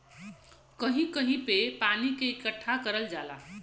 कहीं कहीं पे पानी के इकट्ठा करल जाला